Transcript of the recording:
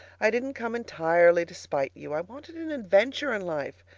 i didn't come entirely to spite you. i wanted an adventure in life,